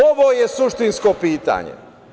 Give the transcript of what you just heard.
Ovo je suštinsko pitanje.